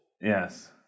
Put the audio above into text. Yes